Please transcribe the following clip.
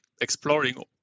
exploring